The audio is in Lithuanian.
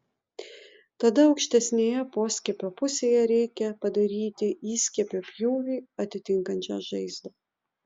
tada aukštesnėje poskiepio pusėje reikia padaryti įskiepio pjūvį atitinkančią žaizdą